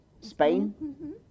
Spain